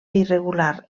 irregular